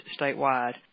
statewide